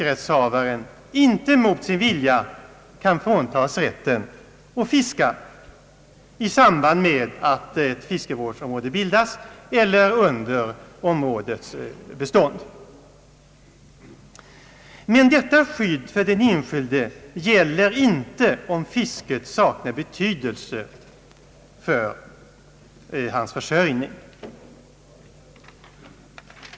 rättshavaren inte mot sin vilja kan fråntas rätten att fiska i samband med att fiskevårdsområde bildas eller under områdets bestånd. Men detta skydd gäller inte om fisket saknar betydelse för fiskerättshavarens försörjning.